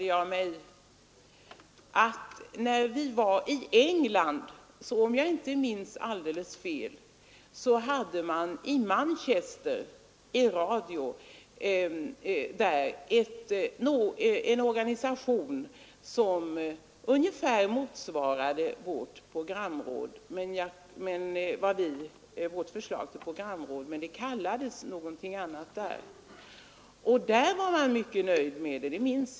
Herr talman! Just nu erinrade jag mig att när vi var i England fann vi i Manchester, om jag inte minns fel, ett radioorgan som ungefär motsvarade vårt programråd, fastän det kallades någonting annat. Där var man mycket nöjd med det.